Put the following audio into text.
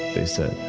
they said.